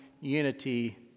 unity